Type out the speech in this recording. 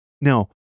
Now